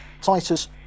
Titus